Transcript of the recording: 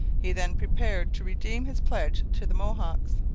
he then prepared to redeem his pledge to the mohawks.